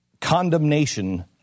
condemnation